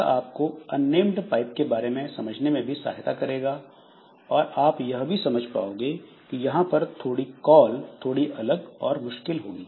यह आपको unnamed pipe के बारे में समझने में भी सहायता करेगा और आप यह भी समझ पाओगे कि यहां पर कॉल थोड़ी अलग और मुश्किल होंगे